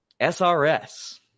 SRS